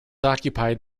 occupied